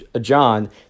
John